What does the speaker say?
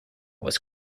was